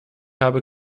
habe